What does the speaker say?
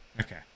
Okay